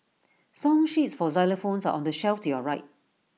song sheets for xylophones are on the shelf to your right